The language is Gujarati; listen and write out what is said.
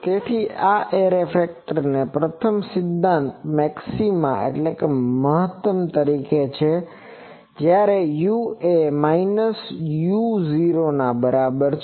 તેથી આ એરે ફેક્ટર તેના પ્રથમ સિધ્ધાંત મેક્સિમાmaximaમહતમ તરીકે છે જ્યારે u એ ના બરાબર છે